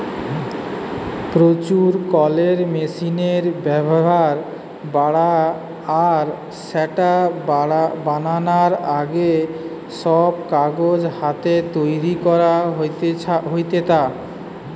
প্রচুর কলের মেশিনের ব্যাভার বাড়া আর স্যাটা বারানার আগে, সব কাগজ হাতে তৈরি করা হেইতা